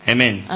Amen